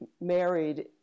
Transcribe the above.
married